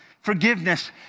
forgiveness